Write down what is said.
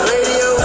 Radio